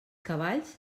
cavalls